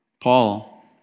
Paul